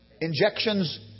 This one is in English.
injections